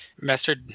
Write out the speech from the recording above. Master